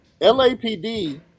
LAPD